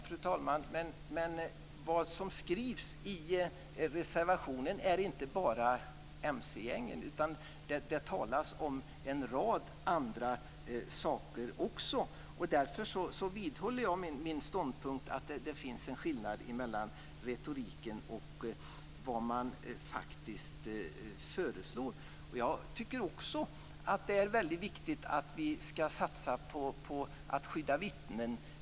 Fru talman! Men i reservationen talas det inte bara om mc-gäng. Det talas om en rad andra saker också. Därför vidhåller jag min ståndpunkt att det finns en skillnad mellan retoriken och vad man faktiskt föreslår. Jag tycker också att det är väldigt viktigt att satsa på att skydda vittnen.